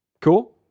Cool